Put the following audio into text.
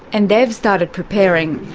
and they've started preparing.